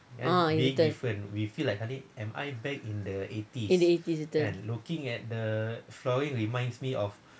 ah betul in the eighties betul